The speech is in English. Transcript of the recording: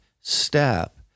step